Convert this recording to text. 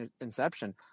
inception